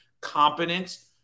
Competence